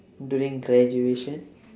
during graduation